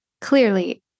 clearly